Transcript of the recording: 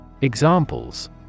Examples